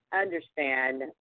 understand